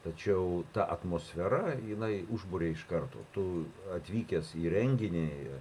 tačiau ta atmosfera jinai užbūria iš karto tu atvykęs į renginį